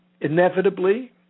inevitably